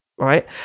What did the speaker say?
Right